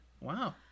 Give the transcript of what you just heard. Wow